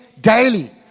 daily